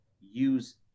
use